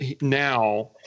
now